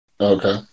Okay